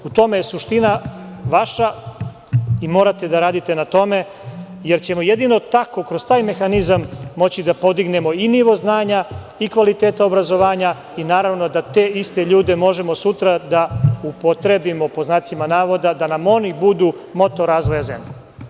U tome je suština vaša i morate da radite na tome, jer ćemo jedino tako, kroz taj mehanizam moći da podignemo i nivo znanja i kvalitet obrazovanja i naravno da te iste ljude možemo sutra da upotrebimo, pod znacima navoda, da nam oni budu motor razvoja zemlje.